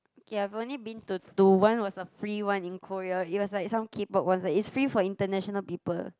ya I've only been to to one it was a free one in Korea it was like some K-pop one it's free for international people